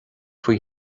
faoi